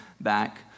back